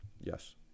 Yes